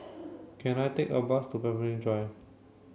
can I take a bus to Pemimpin Drive